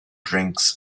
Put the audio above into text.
drinks